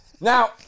Now